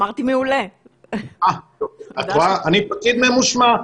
אני פקיד ממושמע.